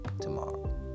tomorrow